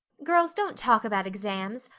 girls, don't talk about exams!